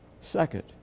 Second